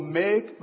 make